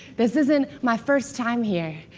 this isn't my first time here.